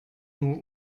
nur